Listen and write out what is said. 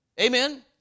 Amen